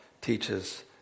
teaches